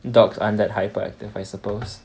dogs aren't that hyper active I suppose